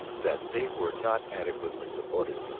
that they were not adequately supported.